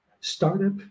startup